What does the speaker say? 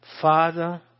Father